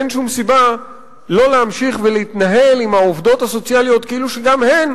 אין שום סיבה לא להמשיך ולהתנהל עם העובדות הסוציאליות כאילו שגם הן